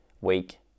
week